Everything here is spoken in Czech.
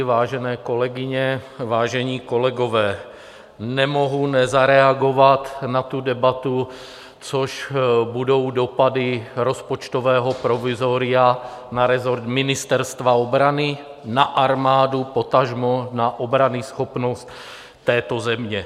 Vážené kolegyně, vážení kolegové, nemohu nezareagovat na tu debatu, což budou dopady rozpočtového provizoria na rezort Ministerstva obrany na armádu, potažmo na obranyschopnost této země.